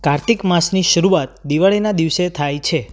કાર્તિક માસની શરૂઆત દિવાળીના દિવસે થાય છે